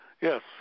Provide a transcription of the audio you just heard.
Yes